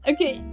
Okay